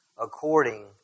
according